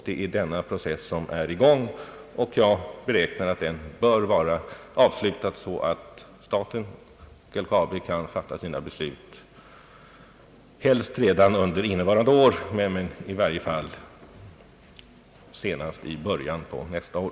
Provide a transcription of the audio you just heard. Det är denna process som är i gång, och jag beräknar att den bör vara avslutad så att staten LKAB kan fatta sina beslut redan under nuvarande år, i varje fall senast i början på nästa år.